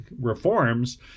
reforms